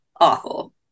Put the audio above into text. awful